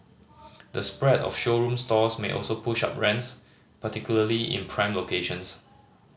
the spread of showroom stores may also push up rents particularly in prime locations